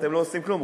אתם לא עושים כלום.